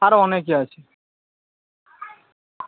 আরো অনেকে আছে